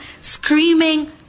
screaming